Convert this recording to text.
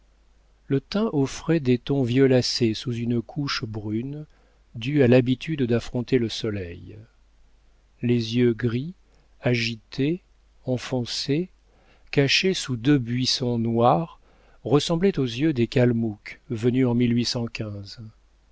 le teint offrait des tons violacés sous une couche brune due à l'habitude d'affronter le soleil les yeux gris agiles enfoncés cachés sous deux buissons noirs ressemblaient aux yeux des kalmouks venus en